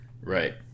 Right